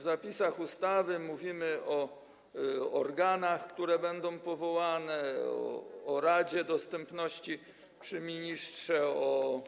W zapisach ustawy mówimy o organach, które będą powołane, o Radzie Dostępności przy ministrze, o